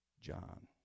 John